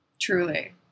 Truly